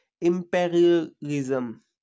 Imperialism